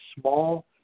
small